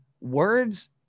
words